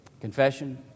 confession